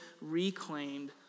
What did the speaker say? reclaimed